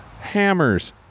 Hammers